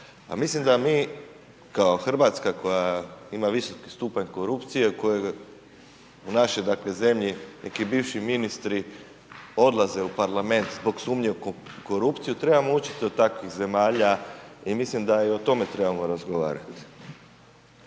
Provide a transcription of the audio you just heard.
mislim da mi kao Hrvatska koja ima visoki stupanj korupcije koji u našoj dakle zemlji neki bivši ministri odlaze u Parlament zbog sumnje u korupciju trebamo učiti od takvih zemalja i mislim da i o tome trebamo razgovarati.